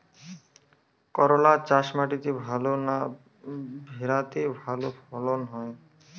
করলা চাষ মাটিতে ভালো না ভেরাতে ভালো ফলন হয়?